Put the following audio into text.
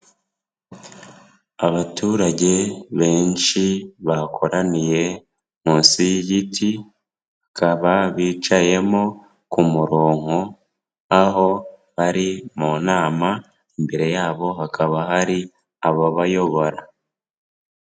Abaturage benshi bakoraniye munsi y'igiti, bakaba bicayemo ku muronko, aho bari mu nama imbere yabo hakaba hari ababayobora.